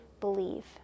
believe